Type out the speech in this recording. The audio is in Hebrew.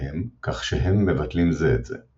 בהם כך שהם מבטלים זה את זה.